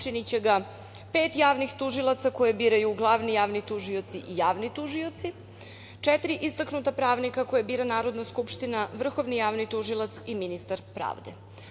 Činiće ga pet javnih tužilaca koje biraju glavni javni tužioci i javni tužioci, četiri istaknuta pravnika koje bira Narodna skupština, Vrhovni javni tužilac i ministar pravde.